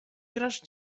grasz